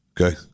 Okay